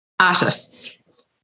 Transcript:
artists